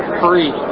free